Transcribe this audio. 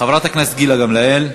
חברת הכנסת גילה גמליאל.